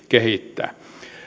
kehittää